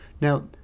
Now